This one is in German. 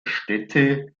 städte